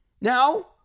Now